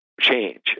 change